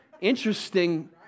Interesting